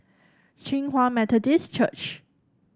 Hinghwa Methodist Church